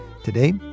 Today